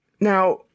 Now